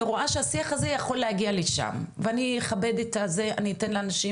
רואה שהשיח הזה יכול להגיע לשם ואני אכבד את המעמד ואני אתן לאנשים